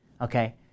okay